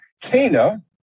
Cana